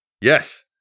Yes